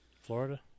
Florida